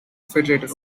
federated